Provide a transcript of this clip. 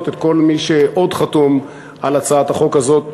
את כל מי שעוד חתום על הצעת החוק הזאת,